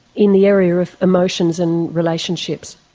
in the area of emotions and relationships?